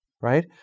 Right